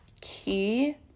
key